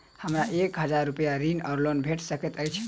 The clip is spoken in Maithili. हमरा एक हजार रूपया ऋण वा लोन भेट सकैत अछि?